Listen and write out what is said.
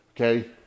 okay